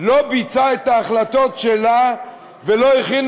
לא ביצעה את ההחלטות שלה ולא הכינה